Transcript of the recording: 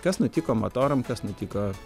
kas nutiko motoram kas nutiko